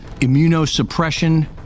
immunosuppression